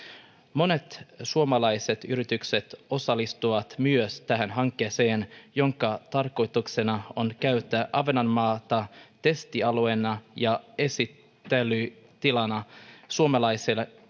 monet suomalaiset yritykset osallistuvat myös tähän hankkeeseen jonka tarkoituksena on käyttää ahvenanmaata testialueena ja esittelytilana suomalaisille